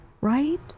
right